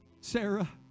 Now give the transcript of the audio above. Sarah